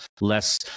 less